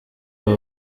aba